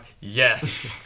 Yes